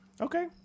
Okay